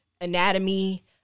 anatomy